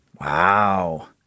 Wow